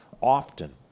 often